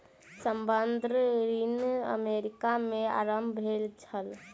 संबंद्ध ऋण अमेरिका में आरम्भ भेल छल